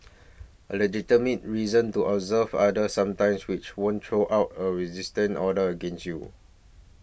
a legitimate reason to observe other sometimes which won't throw out a resistent order against you